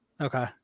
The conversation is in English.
okay